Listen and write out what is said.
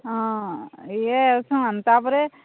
ହଁ ଇଏ ଶୁଣୁ ତାପରେ